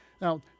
Now